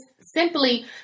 simply